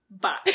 Bye